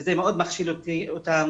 וזה מכשיל אותם